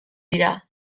dira